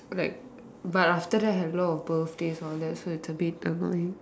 like but after that have a lot of birthdays and all that so its a bit annoying